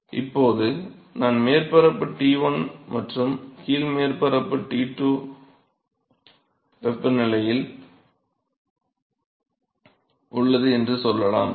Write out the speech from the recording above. இப்போது நான் மேற்பரப்பு T1 மற்றும் கீழ் மேற்பரப்பு T2 வெப்பநிலையில் உள்ளது என்று சொல்லலாம்